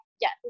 yes